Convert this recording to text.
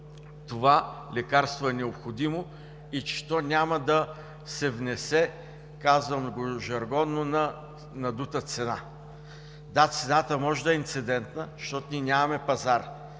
това лекарство е необходимо и че то няма да се внесе, казано жаргонно, на „надута цена“. Да, цената може да е инцидентна, защото ние нямаме пазар